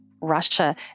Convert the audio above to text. Russia